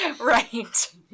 Right